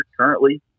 Currently